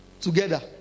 together